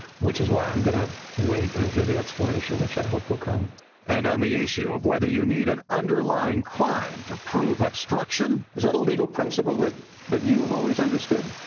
which is why i'm going to wait and hear the explanation, which i hope will come. reporter and on the issue of whether you need an underlying crime to prove obstruction is that a legal principle that that you have always understood?